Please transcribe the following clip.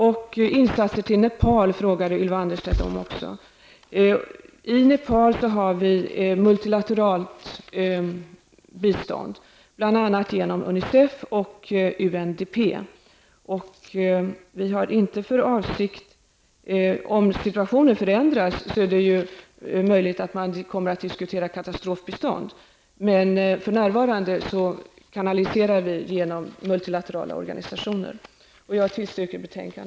Ylva Annerstedt frågade också om insatser i Nepal. Till Nepal ger vi multilateralt bistånd, bl.a. genom Unicef och UNDP. Om situationen ändras är det möjligt att det kan bli diskussion om katastrofbistånd, men för närvarande kanaliserar vi genom multilaterala organisationer. Jag yrkar bifall till utskottets hemställan.